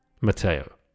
Matteo